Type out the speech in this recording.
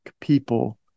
people